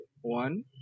one